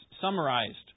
summarized